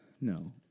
No